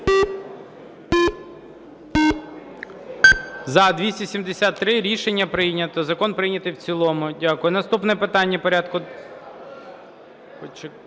За-273 Рішення прийнято. Закон прийнятий в цілому. Дякую. Наступне питання порядку…